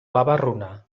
babarruna